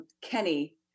Kenny